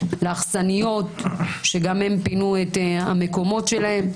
לאכסניות שגם הן פינו את המקומות שלהן,